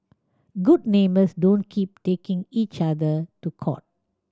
good neighbours don't keep taking each other to court